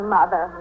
Mother